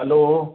hello